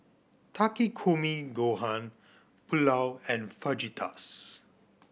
Takikomi Gohan Pulao and Fajitas